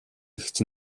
гэгч